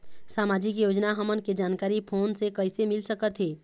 सामाजिक योजना हमन के जानकारी फोन से कइसे मिल सकत हे?